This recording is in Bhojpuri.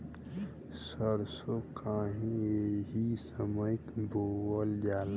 सरसो काहे एही समय बोवल जाला?